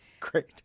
Great